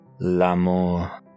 l'amour